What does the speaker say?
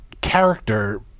character